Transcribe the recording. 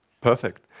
Perfect